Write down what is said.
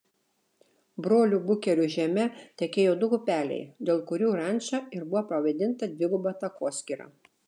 brolių bukerių žeme tekėjo du upeliai dėl kurių ranča ir buvo pavadinta dviguba takoskyra